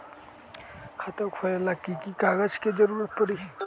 खाता खोले ला कि कि कागजात के जरूरत परी?